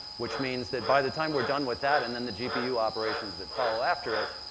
which means that by the time we're done with that and then the gpu operations that follow after it,